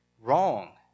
wrong